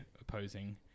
opposing